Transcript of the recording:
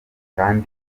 kandi